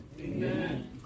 Amen